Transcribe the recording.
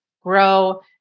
grow